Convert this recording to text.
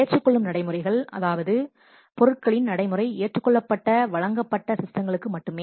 ஏற்றுக்கொள்ளும் நடைமுறைகள் அதாவது பொருட்களின் நடைமுறை ஏற்றுக்கொள்ளப்பட்ட வழங்கப்பட்ட சிஸ்டங்களுக்கு மட்டுமே